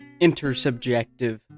intersubjective